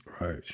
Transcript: Right